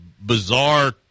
bizarre